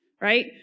right